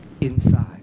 inside